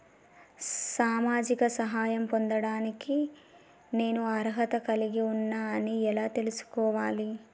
సామాజిక సహాయం పొందడానికి నేను అర్హత కలిగి ఉన్న అని ఎలా తెలుసుకోవాలి?